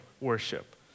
worship